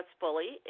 fully